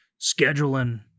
scheduling